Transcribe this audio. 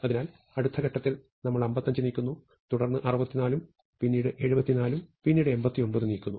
അതിനാൽ അടുത്ത ഘട്ടത്തിൽ നമ്മൾ 55 നീക്കുന്നു തുടർന്ന് 64 ഉം പിന്നീട് 74 ഉം പിന്നീട് 89 ഉം നീക്കുന്നു